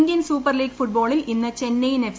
Indian Super League ഫുട്ബോളിൽ ഇന്ന് Chennaiyin F